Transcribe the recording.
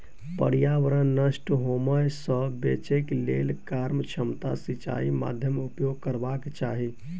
पर्यावरण नष्ट होमअ सॅ बचैक लेल कार्यक्षमता सिचाई माध्यमक उपयोग करबाक चाही